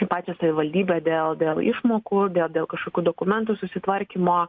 į pačią savivaldybę dėl dėl išmokų dėl dėl kažkokių dokumentų susitvarkymo